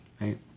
Right